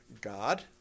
God